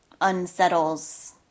unsettles